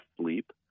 Sleep